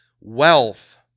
wealth